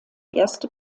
erste